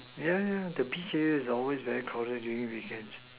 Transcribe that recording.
yeah yeah the beach area is always very crowded during weekends